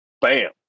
Bam